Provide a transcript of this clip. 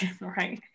Right